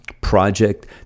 project